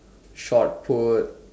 short put